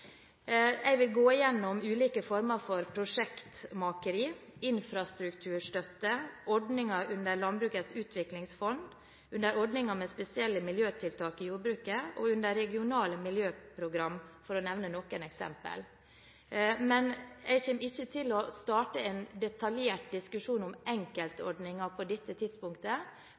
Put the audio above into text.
Jeg vil gå gjennom ulike former for prosjektmakeri, infrastrukturstøtte, ordninger under Landbrukets utviklingsfond, ordninger med spesielle miljøtiltak i jordbruket og under regionale miljøprogram, for å nevne noen eksempler. Men jeg kommer ikke til å starte en detaljert diskusjon om enkeltordninger på dette tidspunktet,